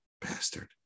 Bastard